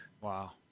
Wow